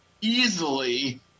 easily